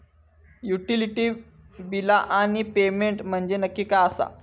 Utility बिला आणि payment म्हंजे नक्की काय आसा?